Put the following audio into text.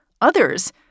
Others